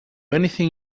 anything